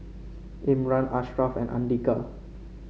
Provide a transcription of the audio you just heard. Imran Ashraf and Andika